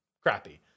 crappy